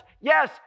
Yes